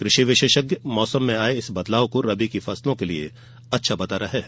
कृषि विशेषज्ञ मौसम में आये इस बदलाव को रबी की फसलों के लिये अच्छा बता रहे हैं